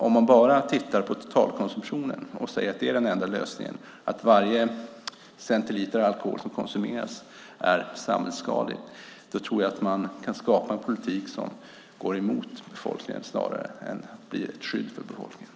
Om man bara tittar på totalkonsumtionen och säger att här finns den enda lösningen, att varje centiliter alkohol som konsumeras är samhällsskadlig tror jag att man kan skapa en politik som går emot befolkningen snarare än blir ett skydd för befolkningen.